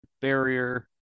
barrier